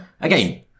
Again